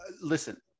Listen